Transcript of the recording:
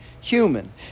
human